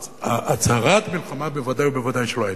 הצהרת מלחמה בוודאי ובוודאי לא היתה.